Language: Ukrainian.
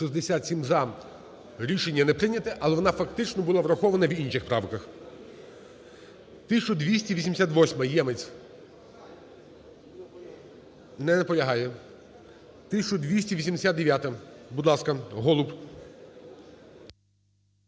За-67 Рішення не прийнято. Але вона фактично була врахована в інших правках. 1288-а, Ємець. Не наполягає. 1289-а. Будь ласка, Голуб.